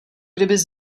kdybys